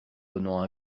donnant